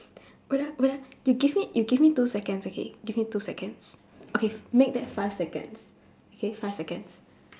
wait ah wait ah you give me you give me two seconds okay give me two seconds okay f~ make that five seconds okay five seconds